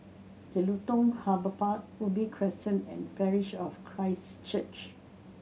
Jelutung Harbour Park Ubi Crescent and Parish of Christ Church